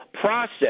process